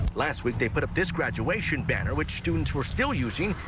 last week they put up this graduation banner which students were still using.